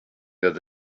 that